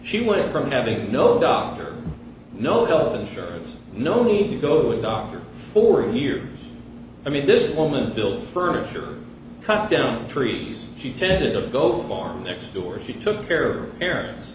she went from having no doctor no health insurance no need to go to a doctor for years i mean this woman bill furniture cut down trees she tended to go farm next door she took care of er